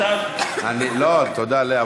תודה, לאה.